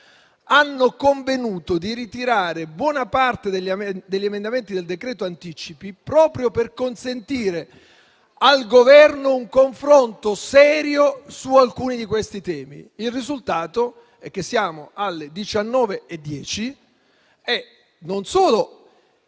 hanno convenuto di ritirare buona parte degli emendamenti del decreto anticipi, proprio per consentire al Governo un confronto serio su alcuni di questi temi. Il risultato è che siamo alle ore 19,10 e arrivano